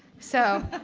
so.